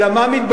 אלא מה מתברר?